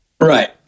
Right